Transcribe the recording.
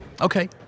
Okay